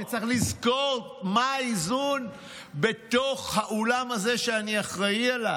אני צריך לזכור מה האיזון בתוך האולם הזה שאני אחראי עליו.